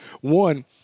One